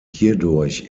hierdurch